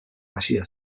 hasia